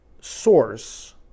source